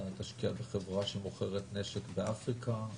אתה תשקיע בחברה שמוכרת נשק באפריקה?